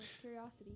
curiosity